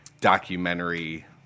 documentary